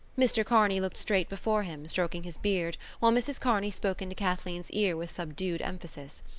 mr. kearney looked straight before him, stroking his beard, while mrs. kearney spoke into kathleen's ear with subdued emphasis.